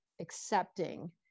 accepting